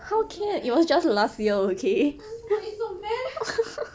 it's so bad but it's so bad